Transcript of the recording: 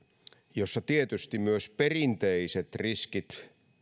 jossa tietysti myös perinteiset riskit